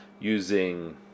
using